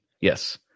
Yes